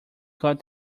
got